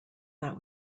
that